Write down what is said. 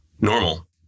normal